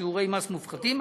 שיעורי מס מופחתים.